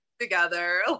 together